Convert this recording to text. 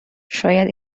شاید